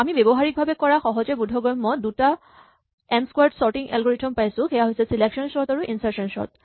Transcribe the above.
আমি ব্যৱহাৰিক ভাৱে কৰা সহজে বোধগম্য দুটা এন স্কোৱাৰ্ড চৰ্টিং এলগৰিথম পাইছো সেয়া হৈছে চিলেকচন চৰ্ট আৰু ইনচাৰ্চন চৰ্ট